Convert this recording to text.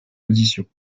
positions